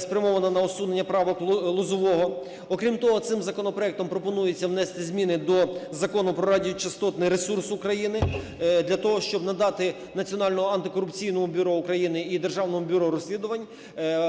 спрямована на усунення правок Лозового, окрім того, цим законопроектом пропонується внести зміни до Закону "Про радіочастотний ресурс України" для того, щоб надати Національному антикорупційному бюро України і Державному бюро розслідувань